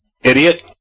Idiot